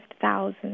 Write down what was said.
thousands